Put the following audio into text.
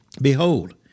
Behold